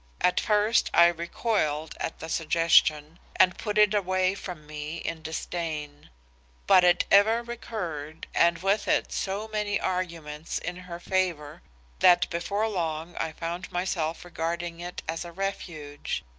at first i recoiled at the suggestion and put it away from me in disdain but it ever recurred and with it so many arguments in her favor that before long i found myself regarding it as a refuge.